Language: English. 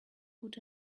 good